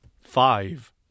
Five